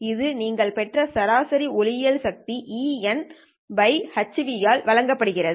இது நீங்கள் பெற்ற சராசரி ஒளியியல் சக்தி eη hν ஆல் வழங்கப்படுகிறது